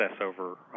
over